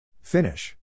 Finish